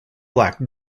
black